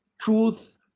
truth